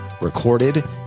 recorded